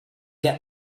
get